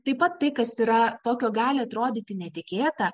taip pat tai kas yra tokio gali atrodyti netikėta